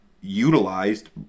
utilized